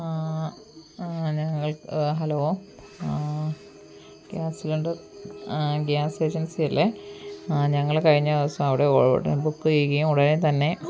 ഞങ്ങൾ hello gas cylinder gas agency അല്ലേ ഞങ്ങള് കഴിഞ്ഞ ദിവസം അവിടെ ഒട ബുക്കെയുകേം ഉടനെ തന്നെ